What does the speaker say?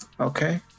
Okay